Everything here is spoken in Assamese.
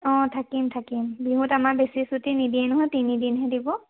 অঁ থাকিম থাকিম বিহুত আমাৰ বেছি ছুটি নিদিয়ে নহয় তিনিদিনহে দিব